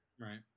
Right